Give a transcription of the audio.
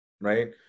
right